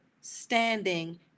standing